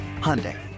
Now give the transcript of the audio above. Hyundai